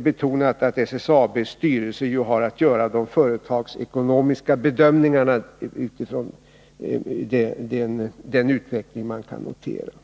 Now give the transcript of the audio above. betonat att SSAB:s styrelse har att göra de företagsekonomiska bedömningarna utifrån den utveckling som kan noteras.